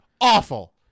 awful